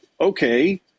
okay